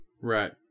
right